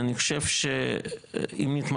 אני אומרת שברגע שיש יזם אחד שמחזיק את כל